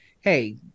hey